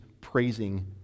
praising